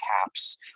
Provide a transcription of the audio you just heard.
caps